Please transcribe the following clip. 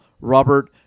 Robert